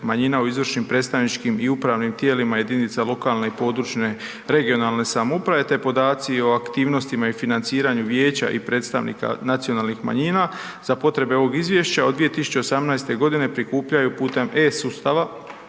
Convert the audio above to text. manjina o izvršnim predstavničkim i upravnim tijelima jedinica lokalne i područne (regionalne) samouprave te podaci o aktivnostima i financiranju Vijeća i predstavnika nacionalnih manjina za potrebe ovog izvješća od 2018. g. prikupljaju putem e-sustava